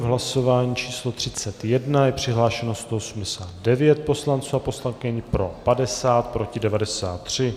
V hlasování číslo 31 je přihlášeno 189 poslanců a poslankyň, pro 50, proti 93.